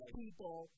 people